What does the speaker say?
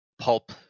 Pulp